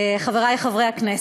חברי חברי הכנסת,